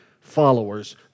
followers